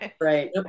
right